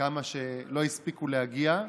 כמה שלא הספיקו להגיע.